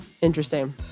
Interesting